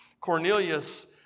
Cornelius